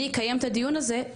אני אקיים את הדיון הזה,